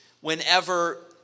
whenever